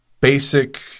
basic